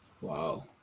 Wow